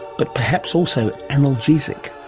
but perhaps also analgesic.